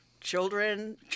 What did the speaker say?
children